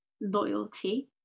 loyalty